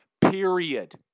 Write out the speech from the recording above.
Period